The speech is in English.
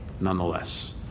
nonetheless